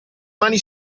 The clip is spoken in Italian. mani